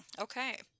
Okay